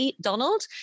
Donald